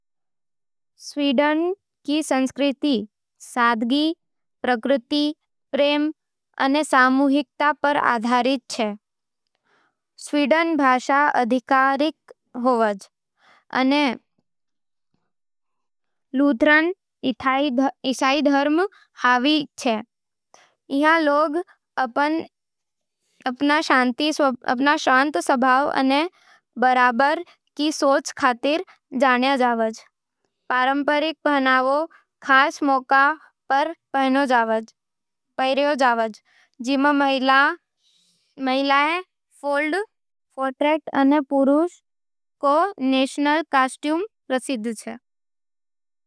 स्वीडन रो संस्कृति सादगी, प्रकृति प्रेम अने सामूहिकता पर आधारित छे। स्वीडिश भाषा आधिकारिक होवे, अने लूथरन ईसाई धर्म हावी छे। इहाँ लोग अपन शांत स्वभाव अने बराबरी री सोच खातर जान्या जावे। पारंपरिक पहनावा खास मौकावां पर पहरें जावे, जिमें महिलावां री फोल्कड्रेक्ट अने पुरुषां री नेशनल कॉस्ट्यूम प्रसिद्ध छे।